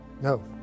No